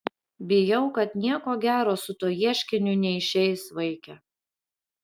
bijau kad nieko gero su tuo ieškiniu neišeis vaike